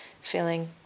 feeling